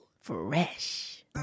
Fresh